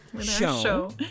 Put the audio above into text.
show